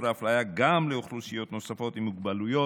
ההפליה גם לאוכלוסיות נוספות עם מוגבלויות.